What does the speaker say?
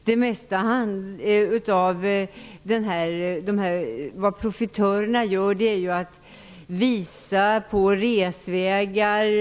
Det profitörerna till största delen gör är att visa på resvägar.